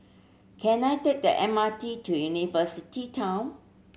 can I take the M R T to University Town